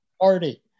Party